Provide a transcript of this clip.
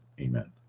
Amen